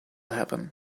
happen